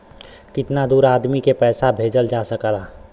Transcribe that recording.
कितना दूर आदमी के पैसा भेजल जा सकला?